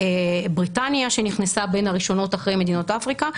בריטניה שנכנסה בין הראשונות אחרי מדינות אפריקה,